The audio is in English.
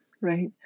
Right